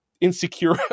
insecure